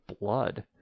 blood